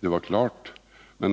vad utskottet sade var klart.